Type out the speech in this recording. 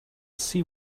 see